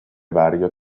vario